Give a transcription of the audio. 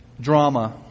drama